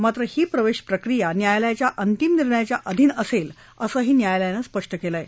मात्र ही प्रवेश प्रक्रिया न्यायालयाच्या अंतिम निर्णयाच्या अधीन असणार आहे असं न्यायालयानं स्पष्ट केलं आहे